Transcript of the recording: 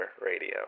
Radio